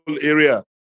area